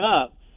up